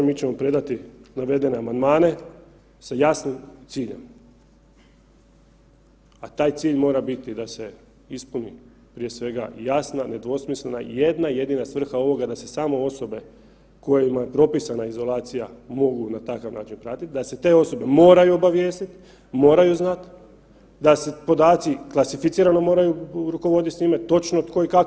Mi ćemo predati navedene amandmane sa jasnim ciljem, a taj cilj mora biti da se ispuni prije svega jasna, nedvosmislena i jedna jedina svrha ovoga da se samo osobe kojima je propisana izolacija mogu na takav način pratiti, da se te osobe moraju obavijestit, moraju znat, da se podaci klasificirano moraju rukovoditi s njime, točno tko i kako.